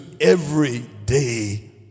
everyday